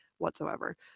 Whatsoever